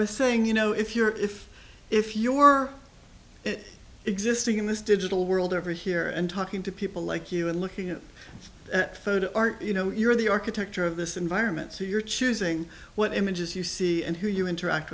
was saying you know if you're if if your it existing in this digital world over here and talking to people like you and looking at photos art you know you're the architecture of this environment so you're choosing what images you see and who you interact